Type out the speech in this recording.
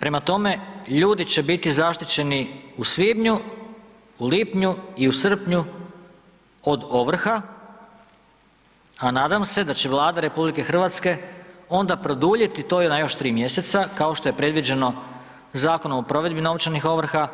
Prema tome, ljudi će biti zaštićeni u svibnju, lipnju i u srpnju od ovrha, a nadam se da će Vlada RH onda produljiti na još tri mjeseca kao što je predviđeno Zakonom o provedbi novčanih ovrha,